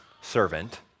servant